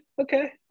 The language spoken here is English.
okay